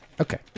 Okay